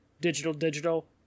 digital-digital